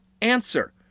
answer